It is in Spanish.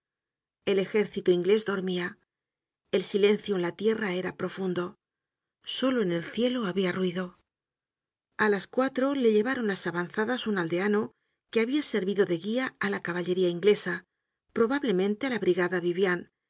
el ejército inglés dormía el silencio en la tierra era profundo solo en el cielo habia ruido a las cuatro le llevaron las avanzadas un aldeano que habia servido de guia á la caballería inglesa probablemente á la brigada yivian